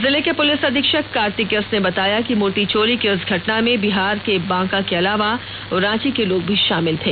जिले के पुलिस अधीक्षक कार्तिक एस ने बताया कि मूर्ति चोरी की इस घटना में बिहार के बांका के अलावा रांची के लोग शामिल थे